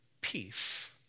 peace